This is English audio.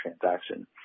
transaction